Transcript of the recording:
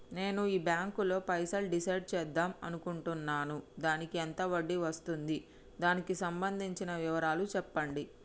నేను ఈ బ్యాంకులో పైసలు డిసైడ్ చేద్దాం అనుకుంటున్నాను దానికి ఎంత వడ్డీ వస్తుంది దానికి సంబంధించిన వివరాలు చెప్పండి?